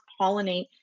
pollinate